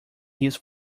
his